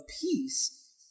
peace